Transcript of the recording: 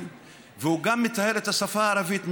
וגם מטהר את השפה הערבית ממעמדה.